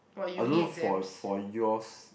I don't know for for yours